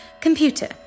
Computer